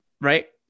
Right